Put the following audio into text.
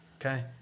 Okay